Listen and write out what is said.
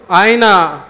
aina